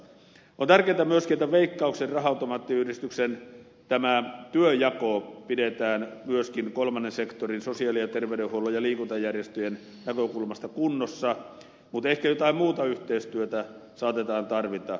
on tärkeätä myöskin että tämä veikkauksen ja raha automaattiyhdistyksen työnjako pidetään myöskin kolmannen sektorin sosiaali ja terveydenhuollon ja liikuntajärjestöjen näkökulmasta kunnossa mutta ehkä jotain muuta yhteistyötä saatetaan tarvita